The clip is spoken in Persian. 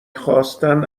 خواستن